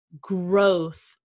growth